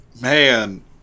man